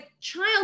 child